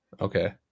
Okay